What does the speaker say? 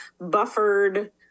buffered